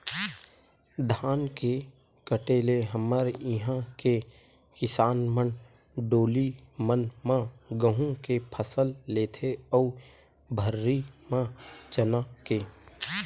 धान के कटे ले हमर इहाँ के किसान मन डोली मन म गहूँ के फसल लेथे अउ भर्री म चना के